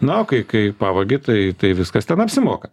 na o kai kai pavagi tai tai viskas ten apsimoka